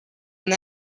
and